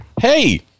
hey